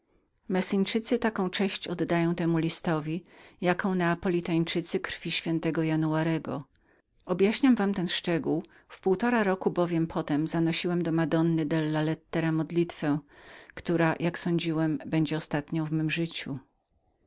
messyńczycy taką cześć oddają temu listowi jaką neapolitańczynowie krwi świętego januarego objaśniam wam ten szczegół w półtora roku bowiem potem zanosiłem modlitwę do madony della lettera która sądziłem że będzie ostatnią w mem życiu